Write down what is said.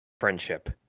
friendship